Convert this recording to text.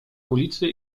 ulicy